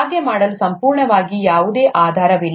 ಹಾಗೆ ಮಾಡಲು ಸಂಪೂರ್ಣವಾಗಿ ಯಾವುದೇ ಆಧಾರವಿಲ್ಲ